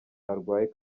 arwaye